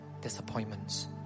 disappointments